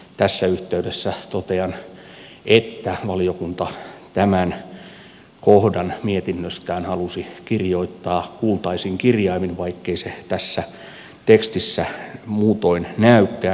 tässä yhteydessä totean että valiokunta tämän kohdan mietinnöstään halusi kirjoittaa kultaisin kirjaimin vaikkei se tässä tekstissä muutoin näykään